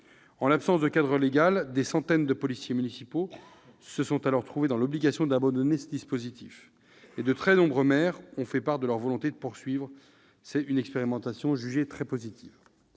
En l'absence de cadre légal, des centaines de policiers municipaux se sont trouvés à cette date dans l'obligation d'abandonner ce dispositif, et de très nombreux maires ont fait part de leur volonté de poursuivre une expérimentation jugée très positive.